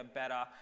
better